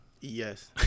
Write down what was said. Yes